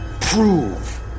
prove